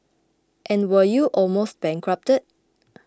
and were you almost bankrupted